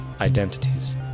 identities